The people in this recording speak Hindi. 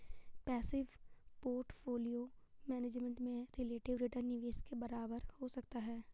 पैसिव पोर्टफोलियो मैनेजमेंट में रिलेटिव रिटर्न निवेश के बराबर हो सकता है